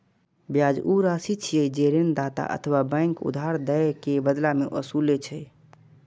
ब्याज ऊ राशि छियै, जे ऋणदाता अथवा बैंक उधार दए के बदला मे ओसूलै छै